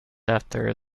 after